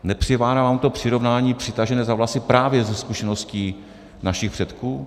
Nepřipadá vám to přirovnání přitažené za vlasy právě ze zkušeností našich předků?